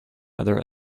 other